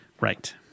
Right